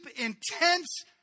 intense